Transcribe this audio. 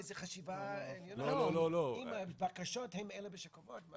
חשיבה --- הבקשות הן אלה שקובעות?